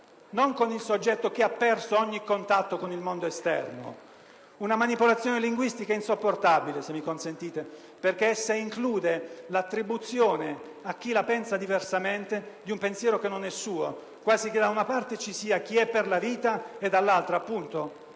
non di un soggetto che ha perso ogni contatto con il mondo esterno. Tale manipolazione linguistica è insopportabile - se mi consentite - perché essa sottende l'attribuzione a chi si attesta su posizioni diverse di un pensiero che non è suo, quasi che da una parte vi sia chi sostiene la vita e dall'altra -